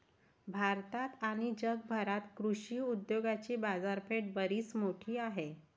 भारतात आणि जगभरात कृषी उद्योगाची बाजारपेठ बरीच मोठी आहे